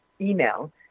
email